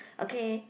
okay